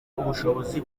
ubushobozi